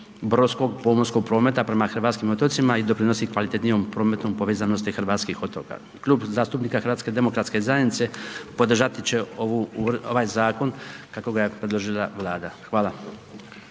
brodskog, pomorskog prometa prema hrvatskim otocima i doprinosi kvalitetnijom prometnom povezanosti hrvatskih otoka. Klub zastupnika HDZ-a podržat će ovaj zakon kako ga je predložila Vlada, hvala.